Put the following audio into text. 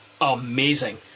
amazing